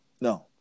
No